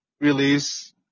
release